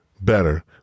better